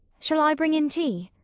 shall i bring in tea?